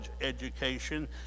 education